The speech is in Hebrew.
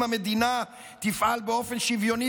אם המדינה תפעל באופן שוויוני,